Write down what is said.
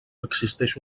existeix